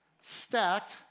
stacked